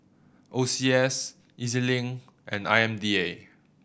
O C S E Z Link and I M D A